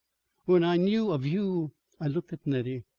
when i knew of you i looked at nettie.